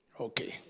Okay